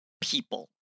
people